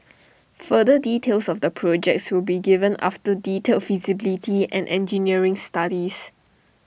further details of the projects will be given after detailed feasibility and engineering studies